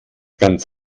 ganz